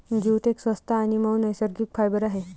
jute एक स्वस्त आणि मऊ नैसर्गिक फायबर आहे